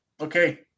Okay